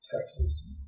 Texas